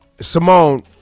Simone